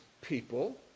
people